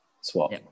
swap